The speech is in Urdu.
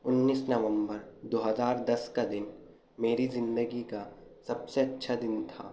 انیس نومبر دو ہزار دس کا دن میری زندگی کا سب سے اچھا دن تھا